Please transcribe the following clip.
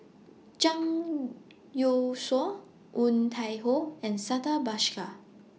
Zhang Youshuo Woon Tai Ho and Santha Bhaskar